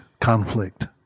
conflict